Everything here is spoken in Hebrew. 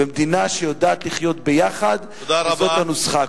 ומדינה שיודעים בה לחיות ביחד, זאת הנוסחה.